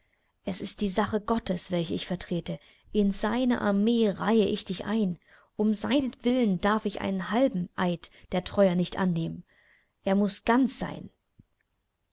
es ist die sache gottes welche ich vertrete in seine armee reihe ich dich ein um seinetwillen darf ich einen halben eid der treue nicht annehmen er muß ganz sein